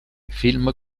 film